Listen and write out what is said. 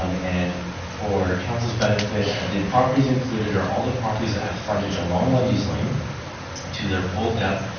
um and for council's benefit, the properties included are all the properties that have frontage along lundy's lane to their full depth,